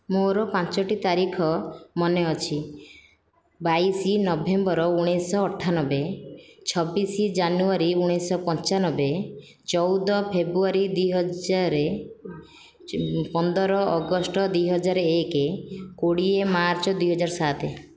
ମୋର ପାଞ୍ଚଟି ତାରିଖ ମନେ ଅଛି ବାଇଶ ନଭେମ୍ବର ଉଣେଇଶହ ଅଠାନବେ ଛବିଶ ଜାନୁଆରୀ ଉଣେଇଶହ ପଞ୍ଚାନବେ ଚଉଦ ଫେବୃଆରୀ ଦୁଇ ହଜାର ପନ୍ଦର ଅଗଷ୍ଟ ଦୁଇ ହଜାର ଏକ କୋଡ଼ିଏ ମାର୍ଚ୍ଚ ଦୁଇ ହଜାର ସାତ